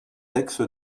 aix